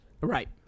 Right